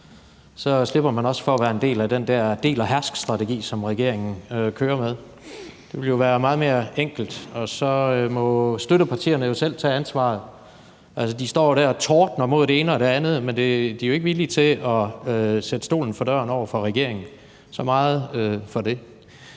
så slipper man også for at være en del af den der del og hersk-strategi, som regeringen kører med. Det ville jo være meget mere enkelt. Og så må støttepartierne jo selv tage ansvaret. Altså, de står der og tordner imod det ene og det andet, men de er jo ikke villige til at sætte regeringen stolen for døren – så meget for det.